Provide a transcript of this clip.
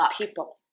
people